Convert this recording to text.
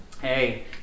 Hey